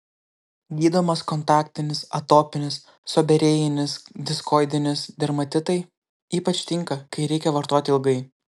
gydomas kontaktinis atopinis seborėjinis diskoidinis dermatitai ypač tinka kai reikia vartoti ilgai